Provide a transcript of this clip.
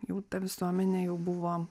jau ta visuomenė jau buvo